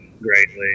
greatly